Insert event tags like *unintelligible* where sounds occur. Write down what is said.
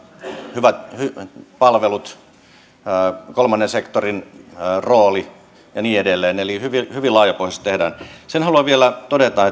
hyvät palvelut kolmannen sektorin rooli ja niin edelleen eli hyvin hyvin laajapohjaisesti tehdään sen haluan vielä todeta *unintelligible*